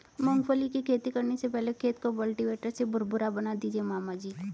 मूंगफली की खेती करने से पहले खेत को कल्टीवेटर से भुरभुरा बना दीजिए मामा जी